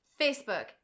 Facebook